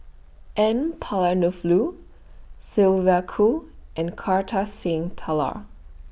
N Palanivelu Sylvia Kho and Kartar Singh Thakral